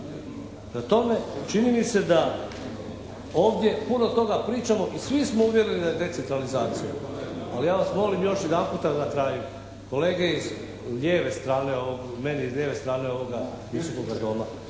tome, čini mi se da ovdje puno toga pričamo i svi smo uvjereni da je decentralizacija. Ali ja vas molim još jedan puta na kraju kolege iz lijeve strane, meni s lijeve